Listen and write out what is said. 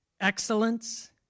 Excellence